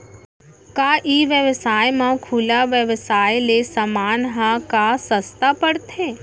का ई व्यवसाय म खुला व्यवसाय ले समान ह का सस्ता पढ़थे?